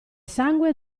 sangue